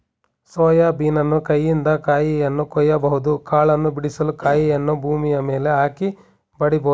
soya ಬೀನನ್ನು ಕೈಯಿಂದ ಕಾಯಿಯನ್ನು ಕೊಯ್ಯಬಹುದು ಕಾಳನ್ನು ಬಿಡಿಸಲು ಕಾಯಿಯನ್ನು ಭೂಮಿಯ ಮೇಲೆ ಹಾಕಿ ಬಡಿಬೋದು